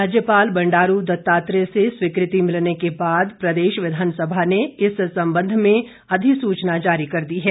राज्यपाल बंडारू दत्तात्रेय से स्वीकृति मिलने के बादे प्रदेश विधानसभा ने इस संबंध में अधिसूचना जारी कर दी है